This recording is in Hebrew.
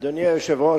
אדוני היושב-ראש,